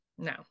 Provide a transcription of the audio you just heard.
no